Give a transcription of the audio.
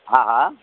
हा हा